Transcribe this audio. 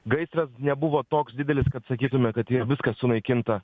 gaisras nebuvo toks didelis kad sakytume kad viskas sunaikinta